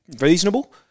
reasonable